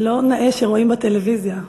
לא נאה שרואים בטלוויזיה.